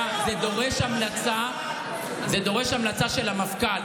זה דורש המלצה של המפכ"ל.